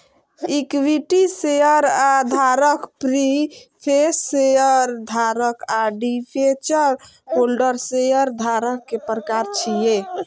equity शेयरधारक, preference शेयरधारक आ डिवेंचर होल्डर शेयरधारक के प्रकार छियै